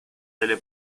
delle